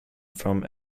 from